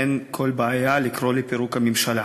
אין כל בעיה לקרוא לפירוק הממשלה.